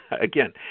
again